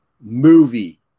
movie